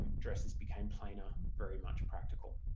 dresses became plainer, very much practical